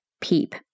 PEEP